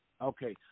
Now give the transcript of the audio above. Okay